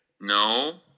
No